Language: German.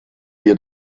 wir